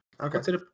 okay